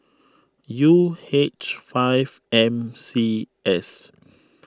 U H five M C S